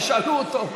תשאלו אותו.